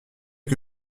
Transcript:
que